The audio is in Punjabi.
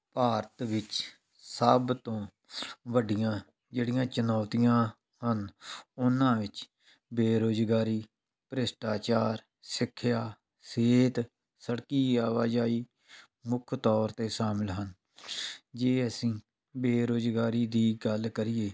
ਭਾਰਤ ਵਿੱਚ ਸਭ ਤੋਂ ਵੱਡੀਆਂ ਜਿਹੜੀਆਂ ਚੁਣੌਤੀਆਂ ਹਨ ਉਹਨਾਂ ਵਿੱਚ ਬੇਰੁਜ਼ਗਾਰੀ ਭ੍ਰਿਸ਼ਟਾਚਾਰ ਸਿੱਖਿਆ ਸਿਹਤ ਸੜਕੀ ਆਵਾਜਾਈ ਮੁੱਖ ਤੌਰ 'ਤੇ ਸ਼ਾਮਿਲ ਹਨ ਜੇ ਅਸੀਂ ਬੇਰੁਜ਼ਗਾਰੀ ਦੀ ਗੱਲ ਕਰੀਏ